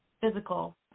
physical